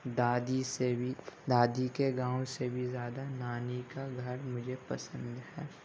دادی سے بھی دادی کے گاؤں سے بھی زیادہ نانی کا گھر مجھے پسند ہے